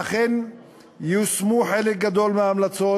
ואכן יושמו חלק גדול מההמלצות,